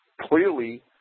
clearly